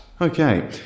Okay